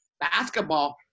Basketball